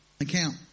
account